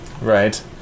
Right